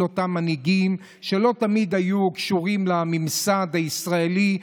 אותם מנהיגים שלא תמיד היו קשובים לממסד הישראלי.